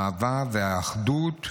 האהבה והאחדות,